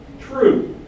true